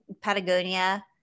Patagonia